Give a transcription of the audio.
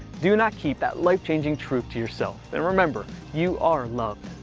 do not keep that life changing truth to yourself, and remember, you are loved.